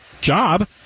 job